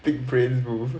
big brain's move